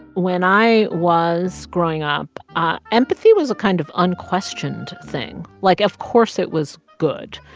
when i was growing up, ah empathy was a kind of unquestioned thing. like, of course, it was good.